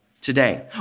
today